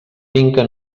finca